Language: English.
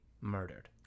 murdered